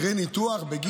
אם